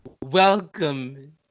Welcome